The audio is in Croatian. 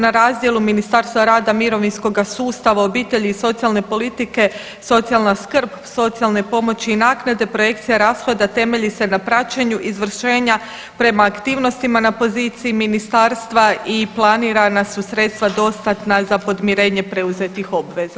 Na razdjelu Ministarstva rada i mirovinskog sustava, obitelji i socijalne politike, socijalna skrb, socijalne pomoći i naknade, projekcija rashoda temelji se na praćenju izvršenja prema aktivnostima na poziciji Ministarstva i planirana su sredstva dostatna za podmirenje preuzetih obveza.